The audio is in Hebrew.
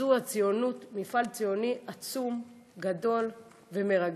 זה מפעל ציוני עצום, גדול ומרגש.